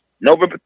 November